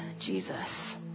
Jesus